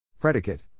Predicate